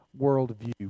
worldview